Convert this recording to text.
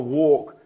walk